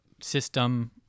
system